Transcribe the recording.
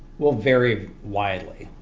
will vary widely.